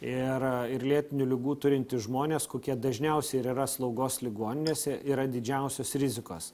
ir ir lėtinių ligų turintys žmonės kokie dažniausiai ir yra slaugos ligoninėse yra didžiausios rizikos